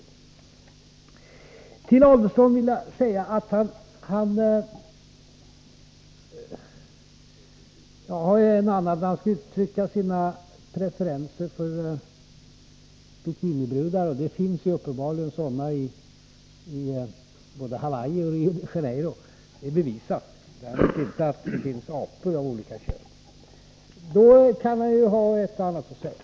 Till Ulf Adelsohn vill jag säga: När han skall uttrycka sina preferenser för bikinibrudar — det finns uppenbarligen sådana både på Hawaii och i Rio de Janeiro, det är bevisat, däremot inte att det finns apor av olika kön — då kan han ha ett och annat att säga.